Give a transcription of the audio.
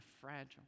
fragile